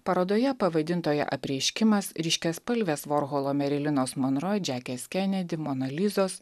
parodoje pavadintoje apreiškimas ryškiaspalvės vorholo merilinos monro džekės kenedi mona lizos